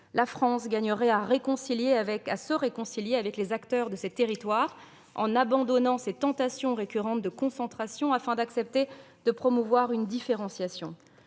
La France gagnerait à se réconcilier avec les acteurs de ses territoires en abandonnant ses tentations récurrentes de concentration, afin d'accepter de promouvoir une différenciation.